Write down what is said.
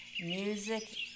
Music